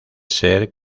ser